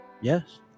Yes